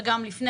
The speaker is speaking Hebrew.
וגם לפני.